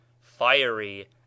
Fiery